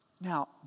Now